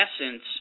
essence